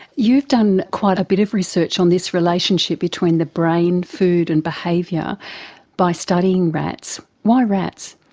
you've done quite a bit of research on this relationship between the brain, food and behaviour by studying rats. why rats?